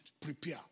Prepare